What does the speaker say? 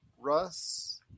Russ